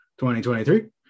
2023